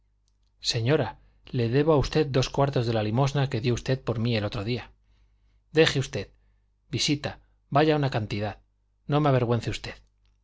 señora le debo a usted dos cuartos de la limosna que dio usted por mí el otro día deje usted visita vaya una cantidad no me avergüence usted